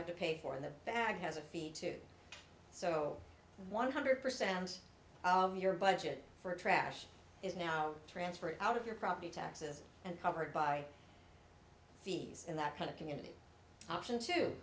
have to pay for the bag has a fee to do so one hundred percent of your budget for trash is now transferred out of your property taxes and covered by fees and that kind of community option too